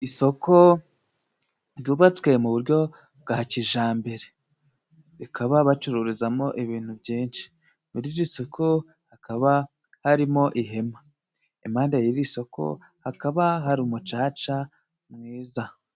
Isoko ryubatswe mu buryo bwa kijambere, rikaba bacururizamo ibintu byinshi. Muri iri soko hakaba harimo ihema. Impande y'iri isoko hakaba hari umucaca mwiza.